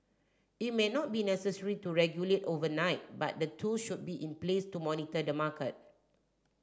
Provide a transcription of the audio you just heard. it may not be necessary to regulate overnight but the tool should be in place to monitor the market